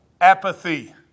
Apathy